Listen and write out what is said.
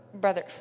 Brother